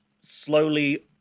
slowly